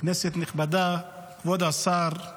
כנסת נכבדה, כבוד השר,